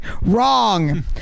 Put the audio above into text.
wrong